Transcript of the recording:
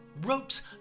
Ropes